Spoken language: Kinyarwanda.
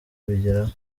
kubigeraho